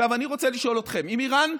עכשיו אני רוצה לשאול אתכם: אם איראן,